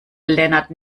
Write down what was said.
lennart